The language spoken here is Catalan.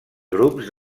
grups